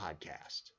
podcast